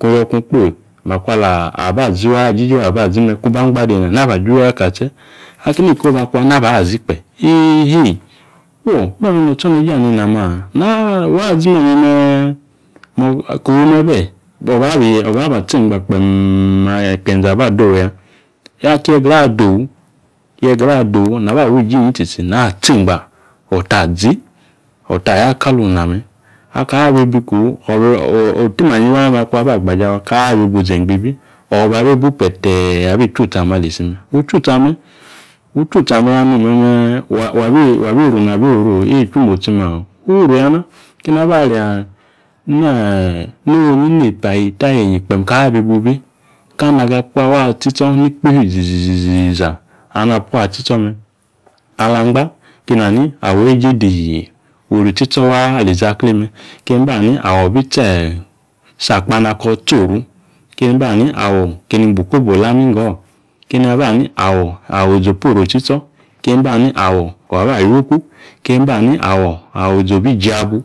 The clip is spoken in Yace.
kiyo kung kpoyi makwa alaba zi waa ijiji wa alaba zi me kung ba angba deneeyi naba ju hie aka tse. Aki ni iko̱bo̱ akwa, na ba azi kpe. Eehee, fuo, me̱me̱ notsoneje ani ina maa? wa zi me̱me̱me̱ kofu me̱be̱ obaba obaba tso emgba kpeem aba adowu ya. Aki yegra adowu ki yegra adowu naba wi ijinyi tsitsi atso engba otazi otaya kung iname̱ aka bibu kofu otimanyi waa me̱ kung abagbaje awa kabibu zi engba bi, obabi bu pe̱te̱e̱ abi chu utsi ame̱ ali isi me̱, wu chu utsi ame, wu chu utsi me̱ya nome̱ wa bi ru ichwi motsi ma wi ruru ya na. Kini aba aria nonyi epa, eta enyi kpem kabi bubi kani agapua waa atsitso nikpifio izi izi izi izi izi iza alina pua atsitso me̱ ali angba keni ani awo̱ eeje doru otsitso waa ali zaklee me̱ keni ba ani awo bi tsi si akpana ko tsi oru keni bani awo̱ kini bu iko̱bo̱ la ninggo̱ o̱ kini abani awo awo izi opa oru otsitso, keni bani awo awo zi obi jiabu.